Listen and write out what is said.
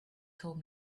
told